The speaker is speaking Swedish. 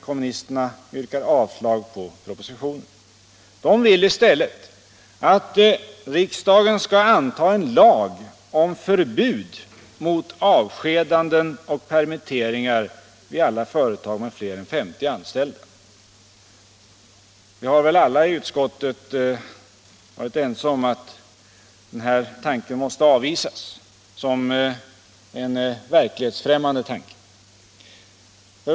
Kommunisterna yrkar avslag på propositionen. De vill i stället att riksdagen skall anta en lag om förbud mot avskedanden och permitteringar vid alla företag med fler än 50 anställda. Alla i utskottet har avvisat den tanken som verklighetsfrämmande.